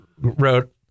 wrote